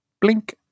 blink